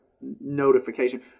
notification